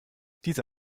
diese